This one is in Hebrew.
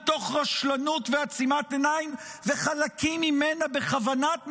מתוך רשלנות ועצימת עיניים וחלקים ממנה בכוונת מכוון,